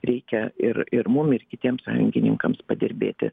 reikia ir ir mum ir kitiem sąjungininkams padirbėti